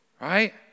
right